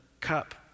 cup